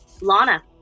Lana